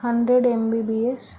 hundred MBBS